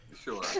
Sure